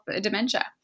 dementia